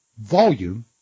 volume